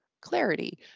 clarity